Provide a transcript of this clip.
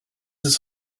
his